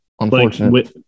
Unfortunately